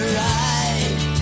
ride